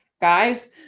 guys